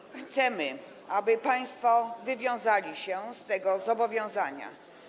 I chcemy, aby państwo wywiązali się z tego zobowiązania.